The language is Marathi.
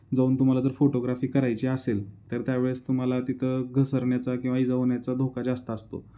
जाऊन तुम्हाला जर फोटोग्राफी करायची असेल तर त्यावेळेस तुम्हाला तिथं घसरण्याचा किंवा इजा होण्याचा धोका जास्त असतो